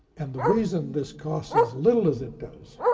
and the reason this costs as little as it does,